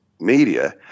media